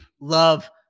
love